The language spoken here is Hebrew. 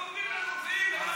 לא מבדיל בין רופאים,